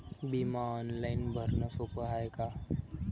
बिमा ऑनलाईन भरनं सोप हाय का?